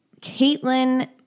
Caitlin